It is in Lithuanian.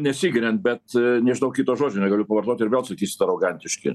nesigiriant bet nežinau kito žodžio negaliu pavartot ir vėl sakysit arogantiški